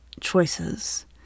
choices